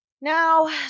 now